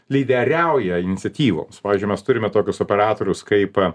lyderiauja iniciatyvoms pavyzdžiui mes turime tokius operatorius kaip